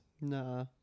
Nah